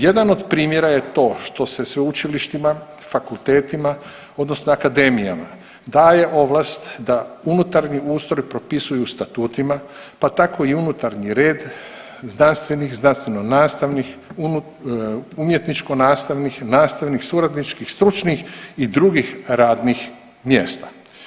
Jedan od primjera je to što se sveučilištima, fakultetima, odnosno akademijama daje ovlast da unutarnji ustroj propisuju statutima, pa tako i unutarnji red znanstvenih, znanstveno-nastavnih, umjetničko-nastavnih, nastavnih, suradničkih, stručnih i drugih radnih mjesta.